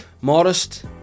Modest